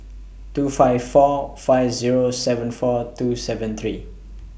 two five four five Zero seven four two seven three